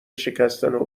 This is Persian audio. شکستن